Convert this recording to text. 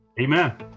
amen